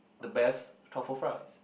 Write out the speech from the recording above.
the best truffle fries